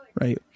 Right